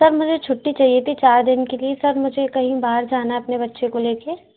sir मुझे छुट्टी चाहिए थी चार दिन के लिए सर मुझे कहीं बाहर जाना है अपने बच्चे को ले कर